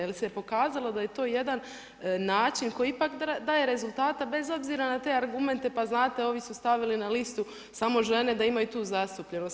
Jer se je pokazalo da je to jedan način koji ipak daje rezultata bez obzira na te argumente, pa znate ovi su stavili na listu samo žene da imaju i tu zastupljenost.